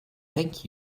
thank